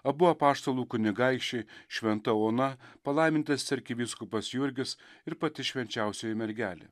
abu apaštalų kunigaikščiai šventa ona palaimintas arkivyskupas jurgis ir pati švenčiausioji mergelė